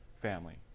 family